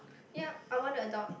ya I want to adopt